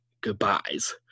goodbyes